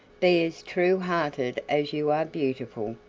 be as true-hearted as you are beautiful,